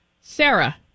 Sarah